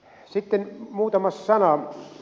sitten muutama sana